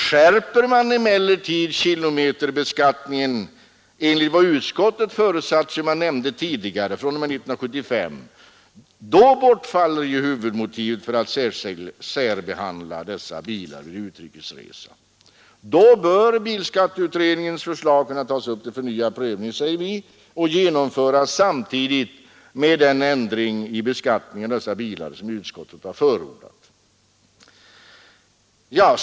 Skärper man emellertid kilometerbeskattningen enligt vad utskottet förutsatt fr.o.m. 1975, bortfaller ju huvudmotivet för att särbehandla dessa bilar vid utrikes resa. Då bör bilskatteutredningens förslag kunna tas upp till förnyad prövning, säger vi, och genomföras samtidigt med den ändring i beskattningen av dessa bilar som utskottet förordat.